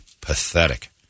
Pathetic